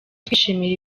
twishimira